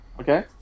Okay